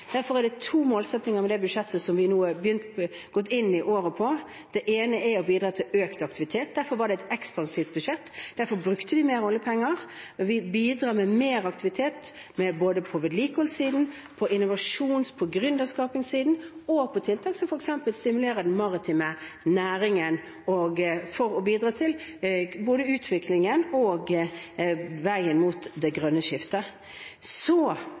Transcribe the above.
Derfor er det to målsettinger med det budsjettet som vi nå har gått inn i året med. Den ene er å bidra til økt aktivitet. Derfor var det et ekspansivt budsjett. Derfor brukte vi mer oljepenger. Vi bidrar med mer aktivitet, både på vedlikeholdssiden og på innovasjons- og gründerskapssiden, og tiltak som f.eks. stimulerer den maritime næringen, for å bidra til utvikling på veien mot det grønne skiftet.